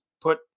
put